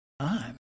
time